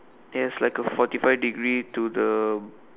and it's like a forty five degree to the